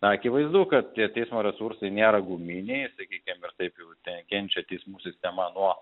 akivaizdu kad tie teismo resursai nėra guminiai sakykim ir taip jau te kenčia teismų sistema nuo